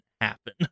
happen